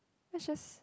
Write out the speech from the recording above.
let's just